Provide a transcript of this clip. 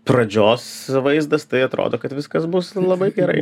pradžios vaizdas tai atrodo kad viskas bus labai gerai